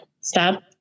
stop